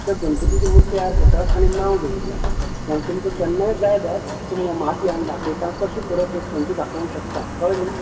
त्यो गणपतीच्यो मुर्ती तयार करतात आनी नांव जोडिल्लें आसा तें तुमकां केन्नाय जाय जाल्यार तुमकां माती हाडून दाखयता कशी करप एक संत दाखोव शकता कळ्ळें न्ही